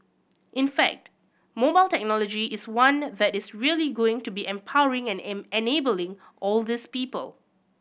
in fact mobile technology is one that is really going to be empowering and enabling all these people